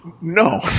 No